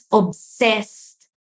obsessed